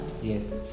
Yes